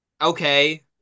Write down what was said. okay